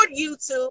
YouTube